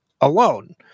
alone